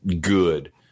good